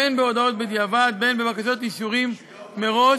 בין בהודעות בדיעבד ובין בבקשות אישורים מראש,